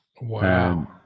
Wow